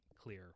clear